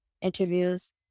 interviews